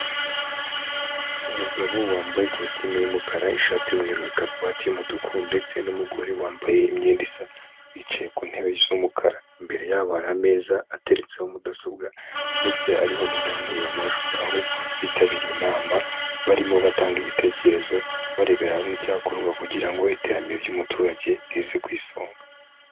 Umugabo wambaye kositimu y'umukara, ishati y'umweru na karuvati y'umutuku ndetse n'umugore wambaye imyenda isa, bicaye ku ntebe z'umukara. Imbere yabo hari ameza ateretseho mudasobwa ndetse ariho n'indangururamajwi, aho bitabiriye inama, barimo batanga ibitekerezo, barebera hamwe icyakorwa kugira ngo iterambere ry'umuturage rize ku isonga.